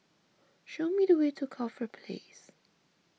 show me the way to Corfe Place